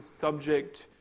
subject